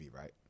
right